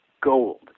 gold